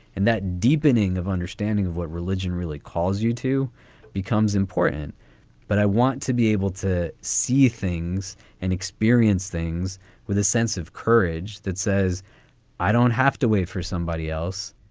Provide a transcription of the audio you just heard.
and that deepening of understanding of what religion really causes you to becomes important but i want to be able to see things and experience things with a sense of courage that says i don't have to wait for somebody else